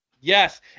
Yes